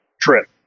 trip